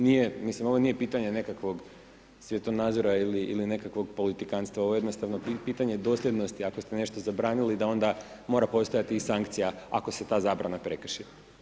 Nije ovo pitanje nekakvog svjetonazora ili nekakvog politikanstva, ovo je jednostavno pitanje dosljednosti ako ste nešto zabranili da onda mora postojati i sankcija, ako se ta zabrana prekrši.